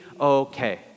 okay